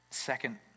second